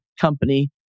company